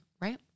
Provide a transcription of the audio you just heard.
right